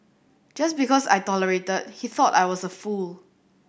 just because I tolerated he thought I was a fool